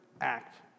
act